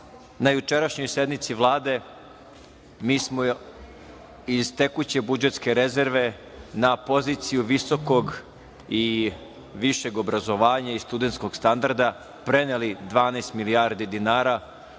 jučerašnjoj sednici Vlade mi smo iz tekuće budžetske rezerve na poziciju visokog i višeg obrazovanja i studentskog standarda preneli 12 milijardi dinara,